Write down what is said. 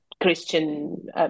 Christian